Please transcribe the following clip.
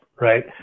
right